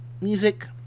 music